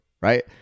right